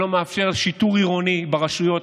שלא מאפשר שיטור עירוני ברשויות,